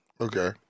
Okay